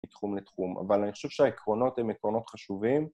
מתחום לתחום, אבל אני חושב שהעקרונות הן עקרונות חשובים